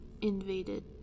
invaded